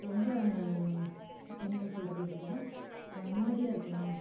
ரொம்ப என்ன சொல்கிறது அப்படின்னா நிம்மதியாக இருக்கலாம்